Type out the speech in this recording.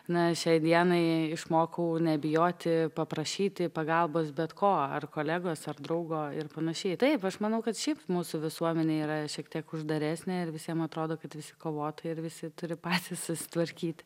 na šiai dienai išmokau nebijoti paprašyti pagalbos bet ko ar kolegos ar draugo ir panašiai taip aš manau kad šiaip mūsų visuomenė yra šiek tiek uždaresnė ir visiem atrodo kad visi kovotojai ir visi turi patys susitvarkyt